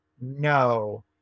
no